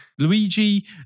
Luigi